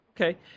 Okay